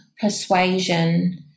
persuasion